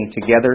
together